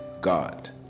God